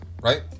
right